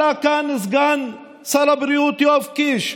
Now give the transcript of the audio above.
עלה כאן סגן שר הבריאות יואב קיש.